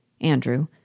Andrew